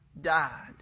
died